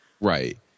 right